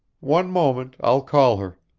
one moment. i'll call her.